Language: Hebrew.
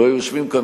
לו היו יושבים כאן,